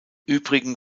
übrigen